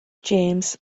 james